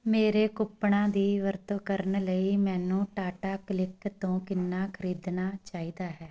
ਮੇਰੇ ਕੂਪਨਾਂ ਦੀ ਵਰਤੋਂ ਕਰਨ ਲਈ ਮੈਨੂੰ ਟਾਟਾਕਲਿੱਕ ਤੋਂ ਕਿੰਨਾ ਖ਼ਰੀਦਣਾ ਚਾਹੀਦਾ ਹੈ